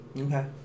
Okay